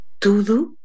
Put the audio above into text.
Tudo